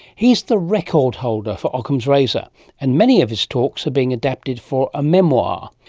he's the record holder for ockham's razor and many of his talks are being adapted for a memoir.